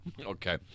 Okay